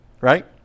right